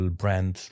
brand